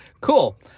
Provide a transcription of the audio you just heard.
Cool